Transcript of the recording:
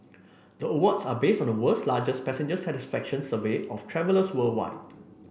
the awards are based on the world's largest passenger satisfaction survey of travellers worldwide